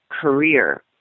career